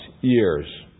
years